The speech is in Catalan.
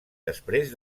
després